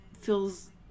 feels